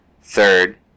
Third